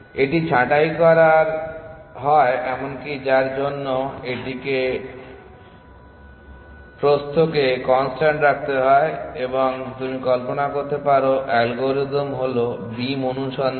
এটি ছাঁটাই করা হয় এমনকি যার জন্য এটিকে প্রস্থকে কনস্ট্যান্ট রাখতে হয় এবং তুমি কল্পনা করতে পারো অ্যালগরিদম হল বিম অনুসন্ধান